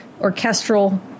orchestral